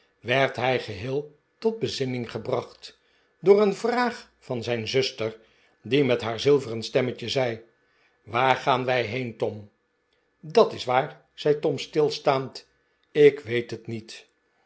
werd hij geheel tot bezinning gebracht door een vraag van zijn zuster die met haar zilveren stemmetje zei waar gaan wij heen tom dat is waar zei tom stilstaand ik weet het niet